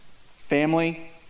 Family